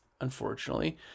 unfortunately